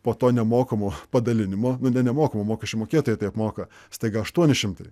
po to nemokamo padalinimo nu ne nemokamo mokesčių mokėtoja tai apmoka staiga aštuoni šimtai